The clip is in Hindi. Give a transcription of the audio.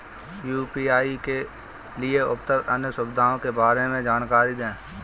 यू.पी.आई के लिए उपलब्ध अन्य सुविधाओं के बारे में जानकारी दें?